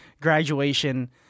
graduation